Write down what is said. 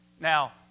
Now